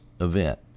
event